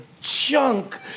junk